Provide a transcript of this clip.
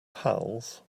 pals